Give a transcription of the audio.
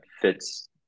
fits